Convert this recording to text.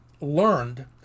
learned